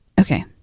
okay